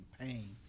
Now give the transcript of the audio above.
pain